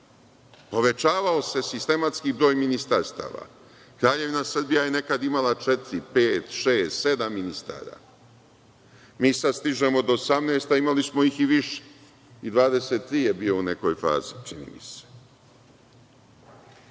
povećavao broj ministarstava. Kraljevina Srbija je nekada imala četiri, pet, šest, sedam ministara. Mi sad stižemo do 18, a imali smo ih i više, i 23 ih je bilo u nekoj fazi, čini mi se.